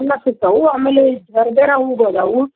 ಹಾಂ ಹಾಂ okay address ಕೊಟ್ಟು ಹಾಂ